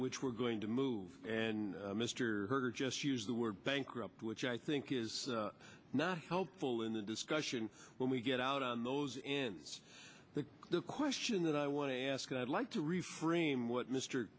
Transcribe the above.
which we're going to move and mr just use the word bankrupt which i think is not helpful in the discussion when we get out on those in the the question that i want to ask i'd like to reframe what m